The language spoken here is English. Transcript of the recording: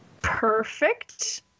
Perfect